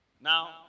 Now